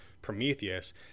prometheus